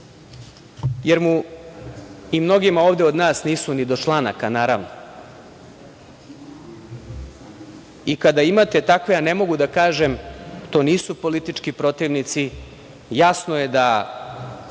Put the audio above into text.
jer mu, i mnogima ovde od nas, nisu ni od članaka, naravno. Kada imate takve, a ne mogu da kažem, to nisu politički protivnici, jasno je da